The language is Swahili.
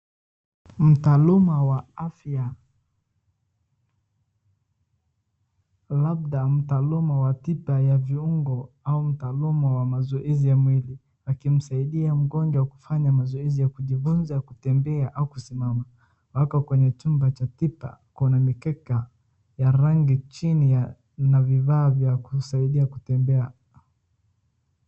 Mtaalamu wa afya labda mtaalamu wa tiba ya viungo ama mtaalamu wa mazoezi ya mwili akimsaidia mgonjwa kufanya mazoezi ya kujifunza kutembea au kusimama mpaka kwenye chumb cha tiba kuna mkeka ya rangi chini na vifaa vya kusaidia kutembea.